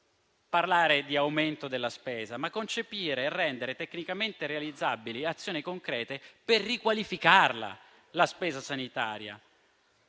parlare di aumento della spesa, ma concepire e rendere tecnicamente realizzabili azioni concrete per riqualificare la spesa sanitaria;